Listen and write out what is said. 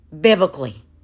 biblically